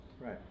Right